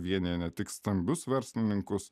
vienija ne tik stambius verslininkus